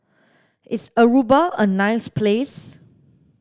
is Aruba a nice place